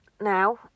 now